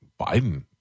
Biden